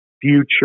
future